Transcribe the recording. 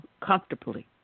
comfortably